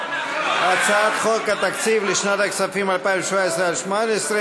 הצעת חוק התקציב לשנות הכספים 2017 ו-2018,